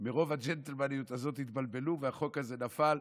מרוב הג'נטלמניות הזאת, התבלבלו, והחוק הזה נפל.